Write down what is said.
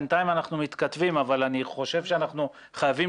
בינתיים אנחנו מתכתבים אבל אני חושב שאנחנו חייבים